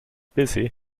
busy